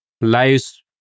lives